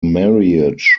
marriage